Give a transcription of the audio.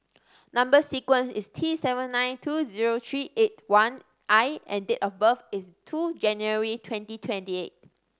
number sequence is T seven nine two zero three eight one I and date of birth is two January twenty twenty eight